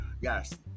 Yes